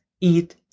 eat